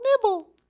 nibble